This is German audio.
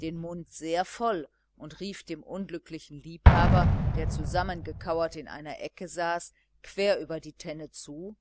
den mund sehr voll und rief dem unglücklichen liebhaber der zusammengekauert in einer ecke saß quer über die tenne zu